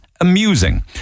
Amusing